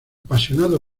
apasionado